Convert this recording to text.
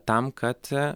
tam kad